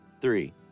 three